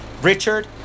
Richard